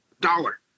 dollar